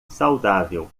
saudável